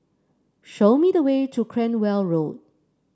show me the way to Cranwell Road